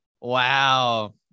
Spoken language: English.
wow